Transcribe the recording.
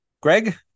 Greg